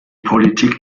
politik